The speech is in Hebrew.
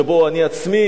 שבו אני עצמי,